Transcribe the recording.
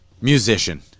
musician